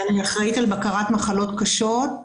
ואני אחראית על בקרת מחלות קשות.